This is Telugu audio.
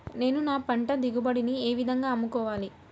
నేను నా పంట దిగుబడిని ఏ విధంగా అమ్ముకోవాలి?